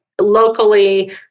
locally